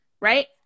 right